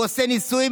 הוא עושה ניסויים,